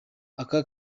aka